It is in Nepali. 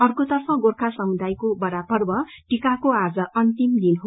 आर्केतर्फ गोर्खा समुदायको बड़ा पर्व टीकाको आज अन्तिम दिन हो